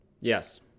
Yes